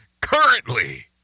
currently